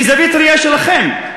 מזווית ראייה שלכם,